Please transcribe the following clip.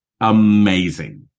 amazing